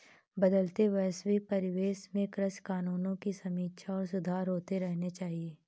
बदलते वैश्विक परिवेश में कृषि कानूनों की समीक्षा और सुधार होते रहने चाहिए